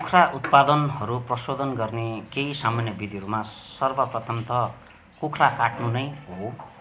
कुखुरा उत्पादनहरू प्रशोधन गर्ने केही सामान्य विधिहरूमा सर्वप्रथम त कुखुरा काट्नु नै हो